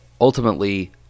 Ultimately